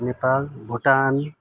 Nepal Bhutan